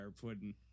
pudding